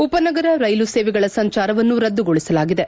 ಉಪನಗರ ರೈಲು ಸೇವೆಗಳ ಸಂಚಾರವನ್ನು ರದ್ದುಗೊಳಿಸಲಾಗಿದೆ